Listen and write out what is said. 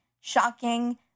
Shocking